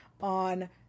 on